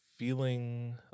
feeling